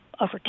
over